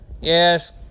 Yes